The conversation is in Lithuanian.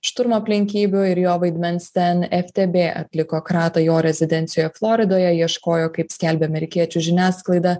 šturmo aplinkybių ir jo vaidmens ten ftb atliko kratą jo rezidencijoj floridoje ieškojo kaip skelbia amerikiečių žiniasklaida